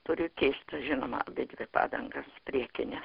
turiu keist žinoma abidvi padangas priekines